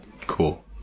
Cool